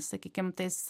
sakykim tais